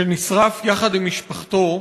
שנשרף יחד עם משפחתו,